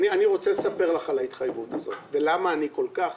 אני רוצה לספר לך על ההתחייבות הזאת ולמה אני כל כך